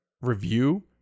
review